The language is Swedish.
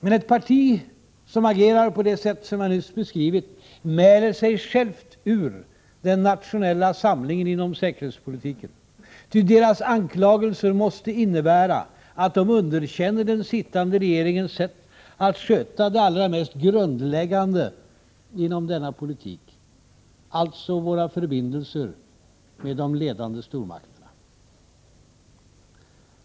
Men ett parti som agerar på det sätt som jag nyss har beskrivit mäler sig självt ur den nationella samlingen inom säkerhetspolitiken. Ty dess anklagelser måste innebära att det underkänner den sittande regeringens sätt att sköta det allra mest grundläggande inom denna politik, alltså våra förbindelser med de ledande stormakterna.